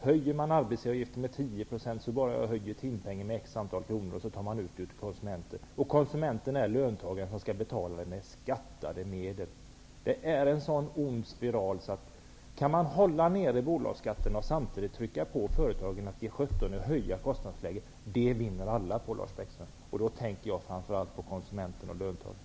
Höjs arbetsgivaravgiften med 10 %, höjer man timpengen med x antal kronor och tar ut det av konsumenten. Konsumenten är löntagaren som skall betala detta med skattade medel. Här finns en mycket mycket ond spiral. Men om man kan hålla nere bolagsskatten och samtidigt trycka på när det gäller företagen och be dem att ge sjutton i att höja kostnadsläget, vinner alla på det. Jag tänker då, Lars Bäckström, framför allt på konsumenterna och löntagarna.